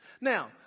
Now